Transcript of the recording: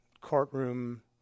courtroom